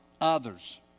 others